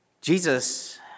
Jesus